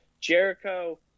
Jericho